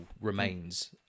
remains